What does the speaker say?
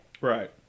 Right